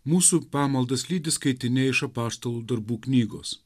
mūsų pamaldas lydi skaitiniai iš apaštalų darbų knygos